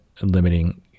limiting